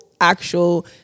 actual